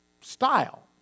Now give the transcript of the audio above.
style